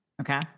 Okay